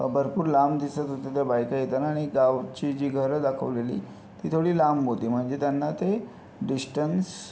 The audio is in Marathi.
भरपूर लांब दिसत होत्या त्या बायका येताना आणि गावची जी घरं दाखवलेली ती थोडी लांब होती म्हणजे त्यांना ते डिस्टन्स